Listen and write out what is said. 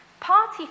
Party